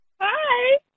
Hi